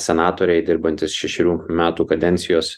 senatoriai dirbantys šešerių metų kadencijos